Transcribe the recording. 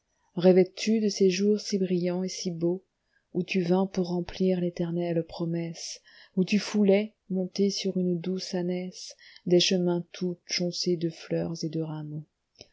rêvais tu de ces jours si brillants et si beauxoù tu vins pour remplir l'éternelle promesse où tu foulais monté sur une douce ànesse des chemins tout jonchés de fleurs et de rameaux